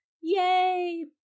yay